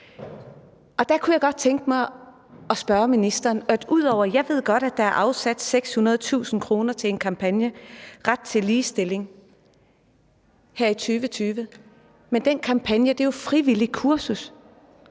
og der kunne jeg godt tænke mig at spørge ministeren om noget. Jeg ved godt, at der er afsat 600.000 kr. til en kampagne, »Ret til ligestilling«, her i 2020, men den kampagne er jo et frivilligt kursus.